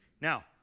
Now